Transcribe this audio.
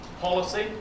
policy